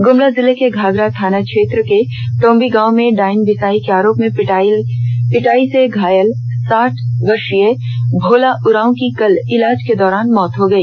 गुमला जिला के घाघरा थाना क्षेत्र के टोटाम्बी गांव में डायन विषाही के आरोप में पीटाई से घायल साठ वर्षीय भोला उरांव की कल इलाज के दौरान मौत हो गई